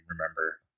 remember